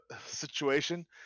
situation